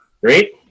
great